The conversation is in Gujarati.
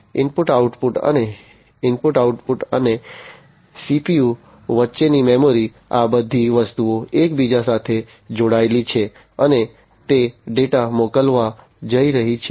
ઇનપુટ આઉટપુટ અને ઇનપુટ આઉટપુટ અને CPU વચ્ચેની મેમરી આ બધી વસ્તુઓ એકબીજા સાથે જોડાયેલી છે અને તે ડેટા મોકલવા જઈ રહી છે